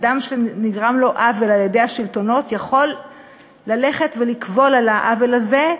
אדם שנגרם לו עוול על-ידי השלטונות יכול ללכת ולקבול על העוול הזה,